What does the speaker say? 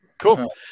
Cool